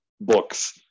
books